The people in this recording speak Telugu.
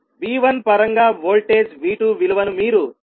V1 పరంగా వోల్టేజ్ V2 విలువను మీరు తప్పక తెలుసుకోవాలి